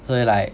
所以 like